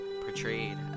portrayed